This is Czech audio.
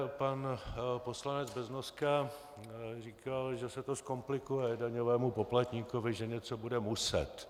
Pan poslanec Beznoska říkal, že se to zkomplikuje daňovému poplatníkovi, že něco bude muset.